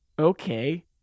okay